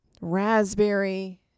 Raspberry